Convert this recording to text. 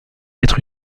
être